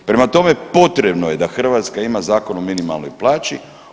Prema tome, potrebno je da Hrvatska ima Zakon o minimalnoj plaći.